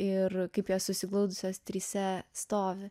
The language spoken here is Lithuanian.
ir kaip jos susiglaudusios trise stovi